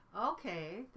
Okay